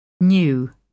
New